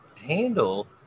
handle